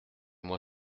moi